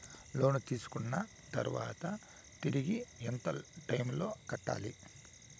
లోను తీసుకున్న తర్వాత తిరిగి ఎంత టైములో కట్టాలి